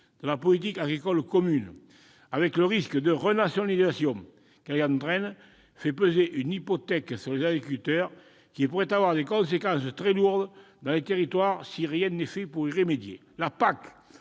la politique agricole commune, la PAC, avec le risque de renationalisation qu'elle entraîne, fait peser une hypothèque sur les agriculteurs qui pourrait avoir des conséquences très lourdes dans les territoires si rien n'est fait pour y remédier.